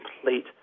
complete